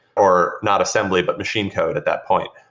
or not assembly, but machine code at that point.